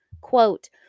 quote